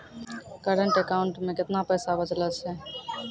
Current account मे केतना पैसा बचलो छै?